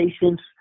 patients